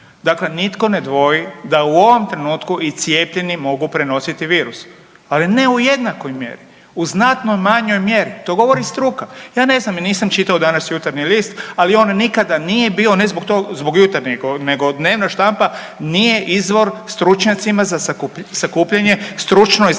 Dakle, nitko ne dvoji da u ovom trenutku i cijepljeni mogu prenositi virus, ali ne u jednakoj mjeri, u znatno manjoj mjeri. To govori struka. Ja ne znam, ja nisam čitao danas Jutarnji list, ali on nikada nije bio, ne zbog tog, zbog Jutrnjeg nego dnevna štampa nije izvor stručnjacima za sakupljanje stručno i znanstveno